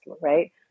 right